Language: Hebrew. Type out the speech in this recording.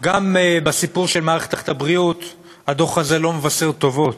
גם בסיפור של מערכת הבריאות הדוח הזה לא מבשר טובות,